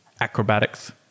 acrobatics